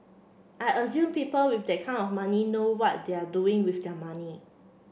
I assume people with that kind of money know what they're doing with their money